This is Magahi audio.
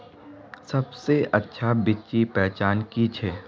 सबसे अच्छा बिच्ची पहचान की छे?